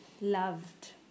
loved